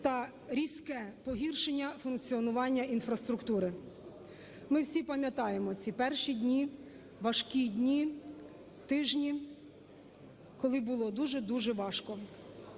та різке погіршення функціонування інфраструктури. Ми всі пам'ятаємо ці перші дні, важкі дні, тижні, коли було дуже-дуже важко.